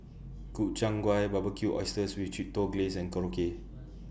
Gobchang Gui Barbecued Oysters with Chipotle Glaze and Korokke